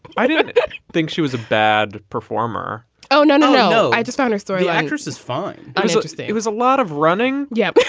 i didn't think she was a bad performer oh, no, no, no. i just want her story. actress is fine. i so just think it was a lot of running. yeah.